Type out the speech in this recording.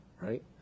right